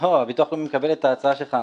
הביטוח הלאומי מקבל את ההצעה שלך,